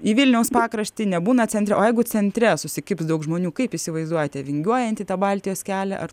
į vilniaus pakraštį nebūna centre o jeigu centre susikibs daug žmonių kaip įsivaizduojate vingiuojantį tą baltijos kelią ar